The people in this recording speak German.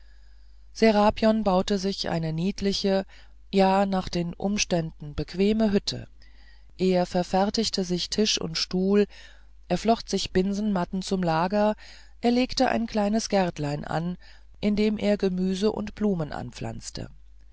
serapion baute sich eine niedliche ja nach den umständen bequeme hütte er verfertigte sich tisch und stuhl er flocht sich binsenmatten zum lager er legte ein kleines gärtlein an in dem er gemüse und blumen anpflanzte